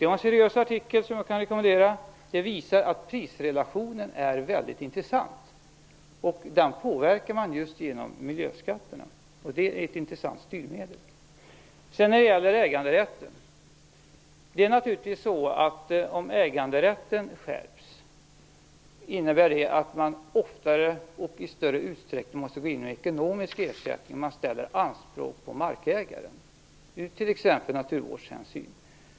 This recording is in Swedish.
Det är en seriös artikel som jag kan rekommendera. Den visar att prisrelationen är väldigt intressant, och den påverkar man just genom miljöskatter som är ett intressant strymedel. Om äganderätten skärps innebär det att man oftare och i större utsträckning måste gå in med ekonomisk ersättning om det ställs anspråk på markägaren när det t.ex. gäller naturvårdshänsyn.